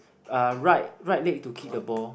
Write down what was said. uh right right leg to kick the ball